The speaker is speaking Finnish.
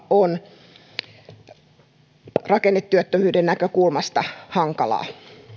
on rakennetyöttömyyden näkökulmasta hankalaa